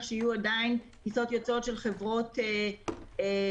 שיהיו עדיין טיסות יוצאות של חברות זרות,